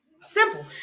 simple